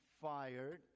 fired